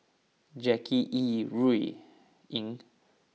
Jackie Yi Ru Ying